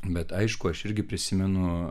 bet aišku aš irgi prisimenu